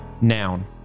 Noun